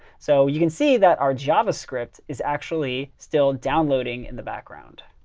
so you can see that our javascript is actually still downloading in the background.